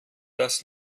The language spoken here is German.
das